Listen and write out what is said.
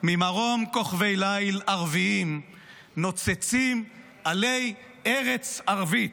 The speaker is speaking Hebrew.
ממרום כוכבי ליל ערביים / נוצצים עלי ארץ ערבית.